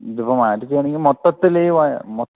ഇതിപ്പോൾ മാറ്റി ചെയ്യുക ആണെങ്കിൽ മൊത്തത്തിൽ മൊ